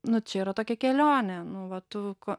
nu čia yra tokia kelionė nu va tu ko